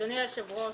אדוני היושב-ראש,